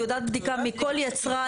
תעודת בדיקה מאירופה או תעודת בדיקה מכל יצרן,